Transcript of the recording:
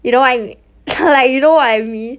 you know wha~ like you know what I mean